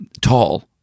tall